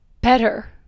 better